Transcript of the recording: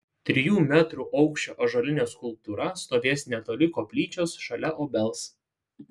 trijų metrų aukščio ąžuolinė skulptūra stovės netoli koplyčios šalia obels